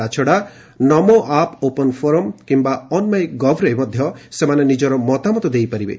ତା' ଛଡ଼ା 'Namo app open forum' କିମ୍ବା 'ଅନ ମାଇଁ ଗଭ୍'ରେ ମଧ୍ୟ ସେମାନେ ନିଜର ମତାମତ ଦେଇପାରିବେ